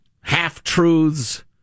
half-truths